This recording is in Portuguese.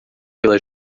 pela